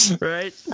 right